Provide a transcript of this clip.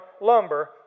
lumber